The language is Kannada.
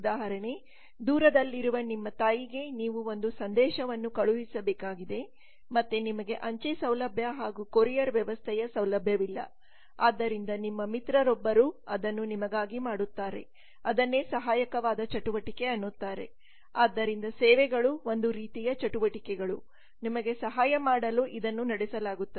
ಉದಾಹರಣೆ ದೂರದಲ್ಲಿರುವ ನಿಮ್ಮ ತಾಯಿಗೆ ನೀವು ಒಂದು ಸಂದೇಶವನ್ನು ಕಳುಹಿಸಬೇಕಾಗಿದೆ ಮತ್ತೆ ನಿಮೆಗೆ ಅಂಚೆ ಸೌಲಭ್ಯ ಹಾಗು ಕೋರಿಯರ ವ್ಯವಸ್ಥೆಯ ಸೌಲಭವಿಲ್ಲ ಆದ್ದರಿಂದ ನಿಮ್ಮ ಮಿತ್ರರೊಬ್ಬರು ಅದನ್ನು ನಿಮಗಾಗಿ ಮಾಡುತ್ತಾರೆ ಅದನ್ನೇ ಸಹಾಯಕವಾದ ಚಟುವಟಿಕೆ ಅನ್ನುತ್ತಾರೆ ಆದ್ದರಿಂದ ಸೇವೆಗಳು ಒಂದು ರೀತಿಯ ಚಟುವಟಿಕೆಗಳು ನಿಮಗೆ ಸಹಾಯ ಮಾಡಲು ಇದನ್ನು ನಡೆಸಲಾಗುತ್ತದೆ